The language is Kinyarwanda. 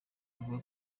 avuga